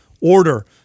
order